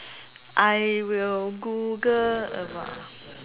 I will google about